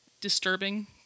disturbing